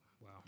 wow